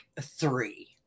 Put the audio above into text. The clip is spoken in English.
three